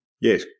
Yes